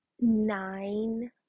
nine